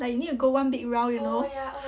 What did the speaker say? like you need to go one big round you know